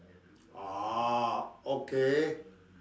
orh okay